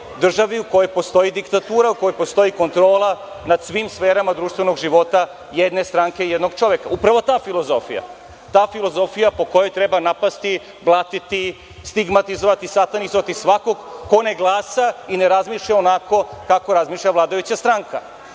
državi u kojoj postoji diktatura, u kojoj postoji kontrola nad svim sferama društvenog života jedne stranke, jednog čoveka. Upravo ta filozofija po kojoj treba napasti, blatiti, stigmatizovati, satanizovati svakoga ko ne glasa i ne razmišlja onako kako razmišlja vladajuća stranka